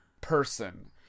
person